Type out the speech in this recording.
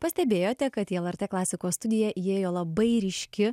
pastebėjote kad į el er t klasikos studiją įėjo labai ryški